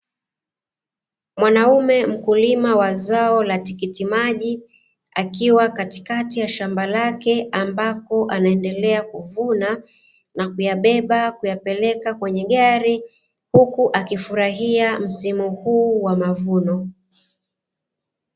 Mwanaume mkulima wa zao la tikiti maji akiwa katikati ya shamba lake, ambapo anaendelea kuvuna na kuyabeba kuyapeleka kwenye gari, huku akifurahia msimu huu wa mavuno.